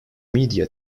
media